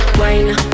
wine